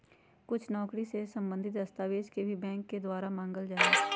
कुछ नौकरी से सम्बन्धित दस्तावेजों के भी बैंक के द्वारा मांगल जा हई